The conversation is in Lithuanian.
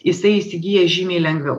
jisai įsigyja žymiai lengviau